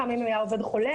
כמה ימים היה העובד חולה,